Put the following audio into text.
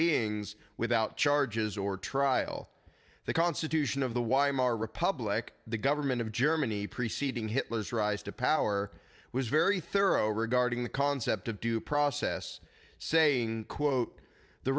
beings without charges or trial the constitution of the why our republic the government of germany preceding hitler's rise to power was very thorough regarding the concept of due process saying quote the